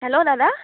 hello দাদা